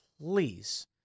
please